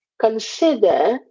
Consider